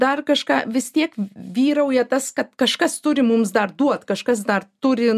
dar kažką vis tiek vyrauja tas kad kažkas turi mums dar duot kažkas dar turi